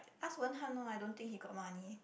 ask Wenhan orh I don't think he got money